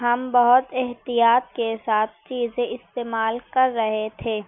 ہم بہت احتیاط کے ساتھ چیزیں استعمال کر رہے تھے